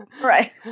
right